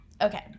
Okay